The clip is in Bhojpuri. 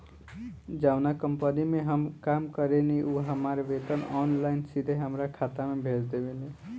जावना कंपनी में हम काम करेनी उ हमार वेतन ऑनलाइन सीधे हमरा खाता में भेज देवेले